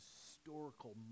historical